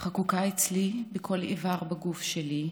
חקוקה אצלי בכל איבר בגוף שלי,